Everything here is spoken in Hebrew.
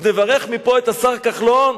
אז נברך מפה את השר כחלון,